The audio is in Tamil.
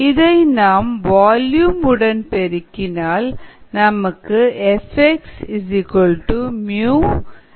இதை நாம் வால்யூம் உடன் பெருக்கினால் நமக்கு Fx 𝜇 xV கிடைக்கும்